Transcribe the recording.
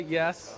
yes